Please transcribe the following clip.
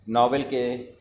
novel کے